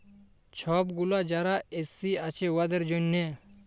ছব গুলা যারা এস.সি আছে উয়াদের জ্যনহে